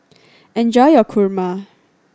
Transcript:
enjoy your kurma